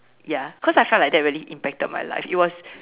ya cause I felt like that really impacted my life it was